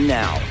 now